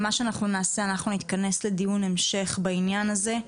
מה שאנחנו נעשה הוא שאנחנו נתכנס לדיון המשך בעניין הזה.